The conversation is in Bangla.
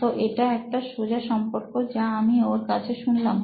তো এটা একটা সোজা সম্পর্ক যা আমি ওর কাছে শুনলাম